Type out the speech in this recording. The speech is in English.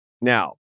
Now